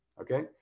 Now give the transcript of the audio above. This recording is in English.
okay